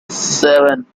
seven